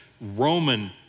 Roman